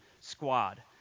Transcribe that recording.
squad